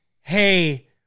Hey